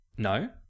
No